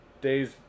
Days